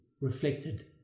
reflected